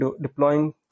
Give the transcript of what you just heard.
deploying